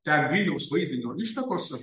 ten viliaus vaizdinio ištakos